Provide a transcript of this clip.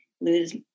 lose